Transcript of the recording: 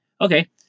Okay